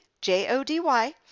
J-O-D-Y